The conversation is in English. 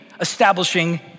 establishing